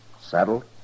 Saddled